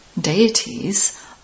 Deities